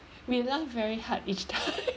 we laugh very hard each time